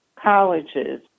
colleges